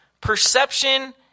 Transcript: perception